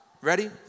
ready